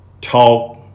talk